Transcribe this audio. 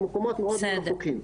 במקומות מאוד רחוקים.